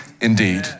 indeed